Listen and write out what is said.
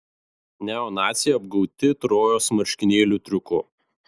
neonaciai apgauti trojos marškinėlių triuku